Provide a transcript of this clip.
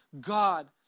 God